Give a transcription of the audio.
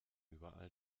überall